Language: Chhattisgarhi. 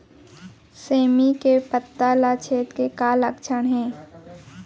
सेमी के पत्ता म छेद के का लक्षण हे?